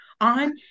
on